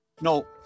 No